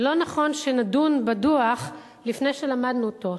לא נכון שנדון בדוח לפני שלמדנו אותו.